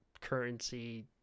currency